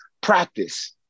practice